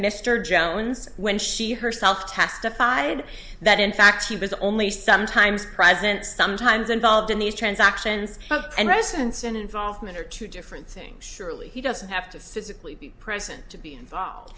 mr jones when she herself testified that in fact he was only sometimes present sometimes involved in these transactions and residence in involvement are two different things surely he doesn't have to specifically be present to be involved